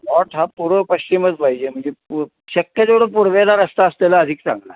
plot हा पूर्व पश्चिमच पाहिजे म्हणजे पू शक्य तेवढं पूर्वेला रस्ता असलेला अधिक चांगला